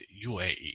UAE